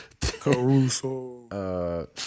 Caruso